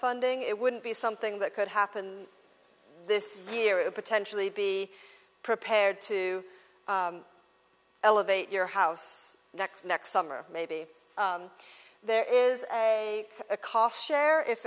funding it wouldn't be something that could happen this year and potentially be prepared to elevate your house next next summer maybe there is a cost share if